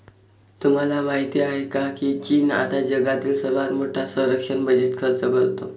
तुम्हाला माहिती आहे का की चीन आता जगातील सर्वात मोठा संरक्षण बजेट खर्च करतो?